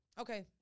Okay